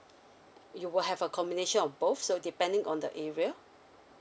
you will have a combination of both so depending on the area